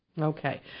Okay